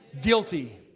guilty